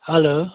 hello